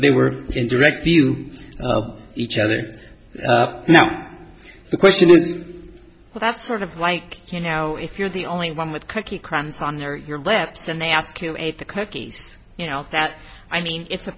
they were in direct view each other now the question was well that's sort of like you know if you're the only one with cookie crumbs on your your lips and they ask you ate the cookies you know that i mean i